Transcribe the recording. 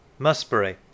Musbury